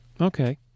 Okay